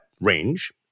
range